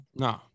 No